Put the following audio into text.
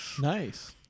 Nice